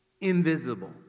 invisible